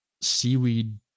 seaweed